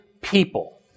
people